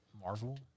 Marvel